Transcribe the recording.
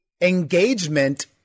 engagement-